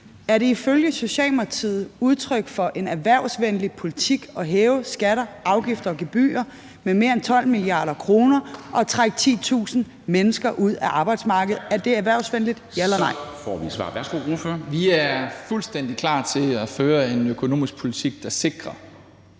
Er det ifølge Socialdemokratiet udtryk for en erhvervsvenlig politik at hæve skatter, afgifter og gebyrer med mere end 12 mia. kr. og trække 10.000 mennesker ud af arbejdsmarkedet? Er det erhvervsvenligt – ja eller nej? Kl. 09:18 Formanden (Henrik Dam Kristensen): Så får vi et svar.